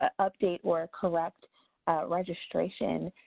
ah update or correct a registration.